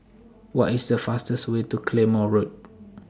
What IS The fastest Way to Claymore Road